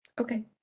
Okay